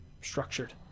structured